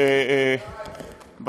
אתה יודע מה ההבדל?